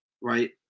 right